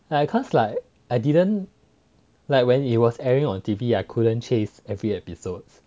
and cause like when it was airing on T_V I couldn't chase every episodes